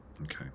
Okay